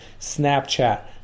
Snapchat